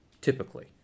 typically